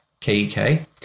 K-E-K